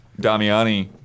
Damiani